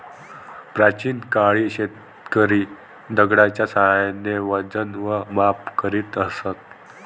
प्राचीन काळी शेतकरी दगडाच्या साहाय्याने वजन व माप करीत असत